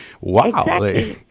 Wow